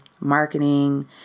marketing